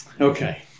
Okay